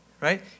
right